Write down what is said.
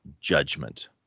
judgment